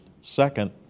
Second